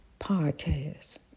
podcast